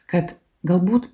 kad galbūt